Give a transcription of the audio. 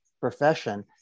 profession